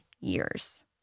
years